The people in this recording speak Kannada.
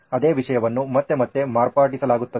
ಆದ್ದರಿಂದ ಅದೇ ವಿಷಯವನ್ನು ಮತ್ತೆ ಮತ್ತೆ ಮಾರ್ಪಡಿಸಲಾಗುತ್ತಿದೆ